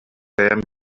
бэйэм